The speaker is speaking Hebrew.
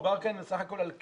מדובר כאן בסך הכול על כלי.